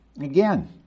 again